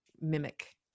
mimic